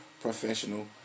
professional